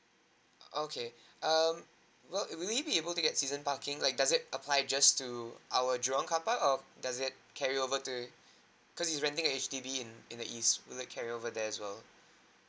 okay um well will he be able to get season parking like does it apply just to our jurong carpark or does it carry over too cause he's renting a H_D_B in in the east will that carry over there as well